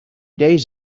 days